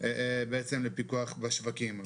הבעיה שהסמכויות לפיקוח ושיווק של